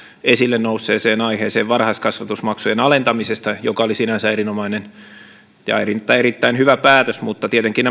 esille nousseeseen aiheeseen varhaiskasvatusmaksujen alentamisesta joka oli sinänsä erinomainen ja erittäin erittäin hyvä päätös mutta tietenkin